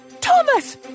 Thomas